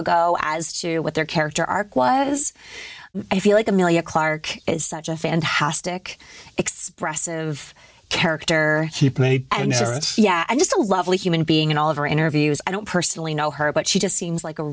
ago as to what their character arc was i feel like a one million clark is such a fantastic expressive character he played and her it's just a lovely human being and all of her interviews i don't personally know her but she just seems like a